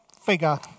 figure